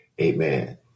Amen